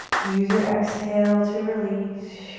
use your exhale to release.